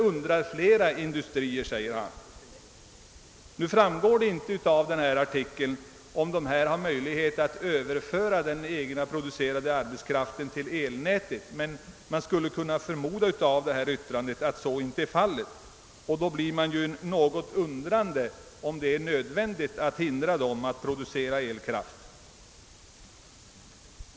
undrar flera industrier.» Av artikeln framgår inte om dessa producenter har möjlighet att överföra den av dem producerade elkraften till elnätet, men av yttrandet skulle man kunna förmoda att så inte är fallet. Då ställer man sig undrande till om det verkligen är nödvändigt att hindra dem från att producera elkraft.